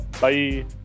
Bye